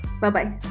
Bye-bye